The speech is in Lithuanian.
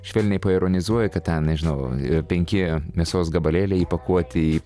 švelniai paironizuoji kad ten nežinau penki mėsos gabalėliai įpakuoti į